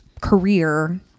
career